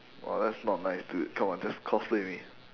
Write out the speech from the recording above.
oh that's not nice dude come on just cosplay with me